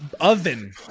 oven